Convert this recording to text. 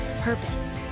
purpose